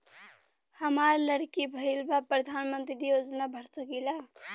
हमार लड़की भईल बा प्रधानमंत्री योजना भर सकीला?